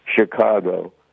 Chicago